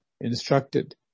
instructed